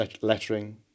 lettering